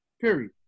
Period